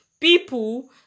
people